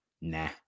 Nah